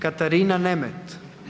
Katarina Nemet.